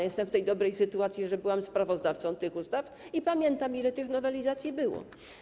Jestem w tej dobrej sytuacji, że byłam sprawozdawcą tych ustaw i pamiętam, ile tych nowelizacji było.